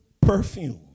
perfume